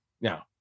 Now